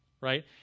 right